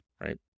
right